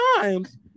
times